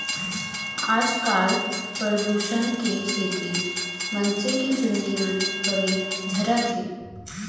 आजकाल परदूसन के सेती मनसे के चूंदी मन बने झरत हें